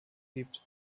gibt